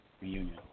reunion